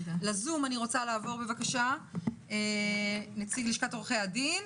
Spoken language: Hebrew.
עכשיו אני רוצה לעבור לנציג לשכת עורכי הדין